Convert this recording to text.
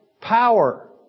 power